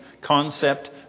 concept